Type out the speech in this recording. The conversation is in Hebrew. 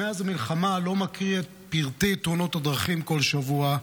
מאז המלחמה אני לא מקריא את פרטי תאונות הדרכים כל שבוע,